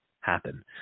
happen